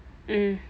mm